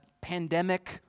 pandemic